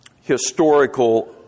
historical